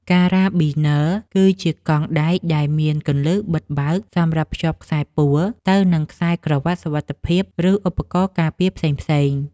ការ៉ាប៊ីន័រ គឺជាកងដែកដែលមានគន្លឹះបិទបើកសម្រាប់ភ្ជាប់ខ្សែពួរទៅនឹងខ្សែក្រវាត់សុវត្ថិភាព ឬឧបករណ៍ការពារផ្សេងៗ។